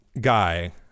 guy